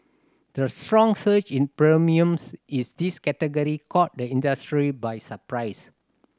the strong surge in premiums is this category caught the industry by surprise